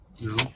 no